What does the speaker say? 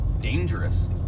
dangerous